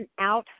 out